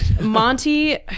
Monty